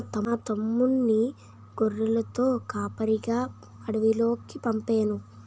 మా తమ్ముణ్ణి గొర్రెలతో కాపరిగా అడవిలోకి పంపేను